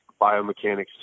biomechanics